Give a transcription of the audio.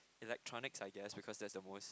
electronics I guess because that's the most